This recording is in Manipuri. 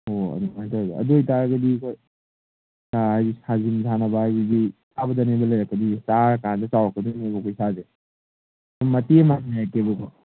ꯑꯣ ꯑꯗꯨꯃꯥꯏ ꯇꯧꯋꯦꯕ ꯑꯗꯨ ꯑꯣꯏꯇꯥꯔꯒꯗꯤ ꯍꯣꯏ ꯍꯥꯏꯗꯤ ꯖꯤꯝ ꯁꯥꯟꯅꯕ ꯍꯥꯏꯁꯤꯗꯤ ꯆꯥꯕꯗꯅꯦꯕ ꯂꯩꯔꯛꯀꯗꯣꯏꯖꯦ ꯆꯥꯔꯀꯥꯟꯗ ꯆꯥꯎꯔꯛꯀꯗꯣꯏꯅꯦꯕꯀꯣ ꯏꯁꯥꯖꯦ ꯁꯨꯝ ꯃꯇꯦꯛꯑꯃ ꯍꯥꯏꯔꯛꯀꯦꯕꯀꯣ